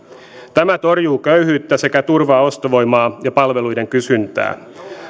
tämä torjuu köyhyyttä sekä turvaa ostovoimaa ja palveluiden kysyntää